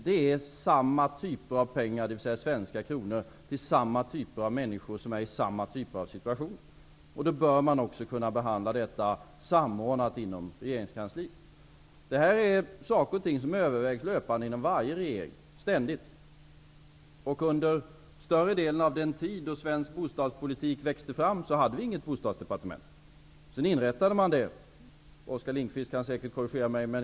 Det rör sig om samma typer av pengar, dvs. svenska kronor, till samma typer av människor som befinner sig i samma typer av situationer. Då bör man också kuna behandla detta samordnat inom regeringskansliet. Det här är frågor som övervägs löpande inom varje regering -- ständigt. Under större delen av den period då svensk bostadspolitik växte fram hade vi inget Bostadsdepartement. Man inrättade ett Bostadsdepartement i början av 1970-talet.